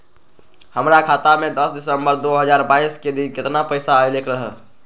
हमरा खाता में दस सितंबर दो हजार बाईस के दिन केतना पैसा अयलक रहे?